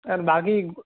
আর বাকি